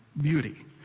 beauty